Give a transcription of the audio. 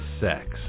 Sex